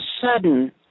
sudden